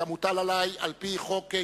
כמוטל עלי על-פי חוק,